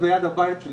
אני מעלה את הבעיה.